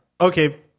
Okay